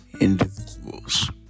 individuals